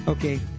Okay